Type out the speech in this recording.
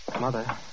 Mother